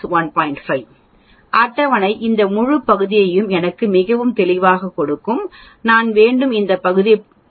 5 அட்டவணை இந்த முழு பகுதியையும் எனக்கு மிகவும் தெளிவாகக் கொடுக்கும் நான் வேண்டும் இந்த பகுதி 0